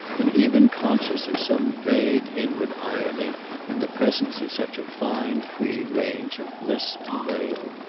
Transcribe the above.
and even conscious of some vague inward irony in the presence of such a fine free range of bliss and bale.